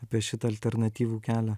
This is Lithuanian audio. apie šitą alternatyvų kelią